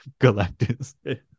Galactus